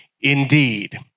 indeed